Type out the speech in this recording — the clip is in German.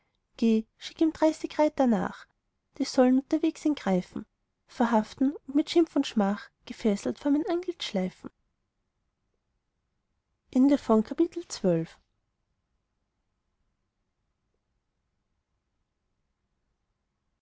schick ihm dreißig reiter nach die sollen unterwegs ihn greifen verhaften und mit schimpf und schmach gefesselt vor